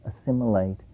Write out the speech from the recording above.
assimilate